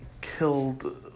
killed